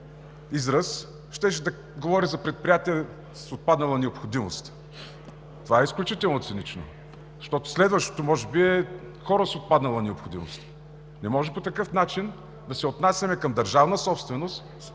израз, щеше да говори за предприятия с отпаднала необходимост. Това е изключително цинично. Следващото може би е хора с отпаднала необходимост. Не може по такъв начин да се отнасяме към държавна собственост –